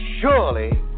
Surely